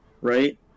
Right